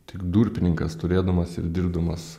tik durpininkas turėdamas ir dirbdamas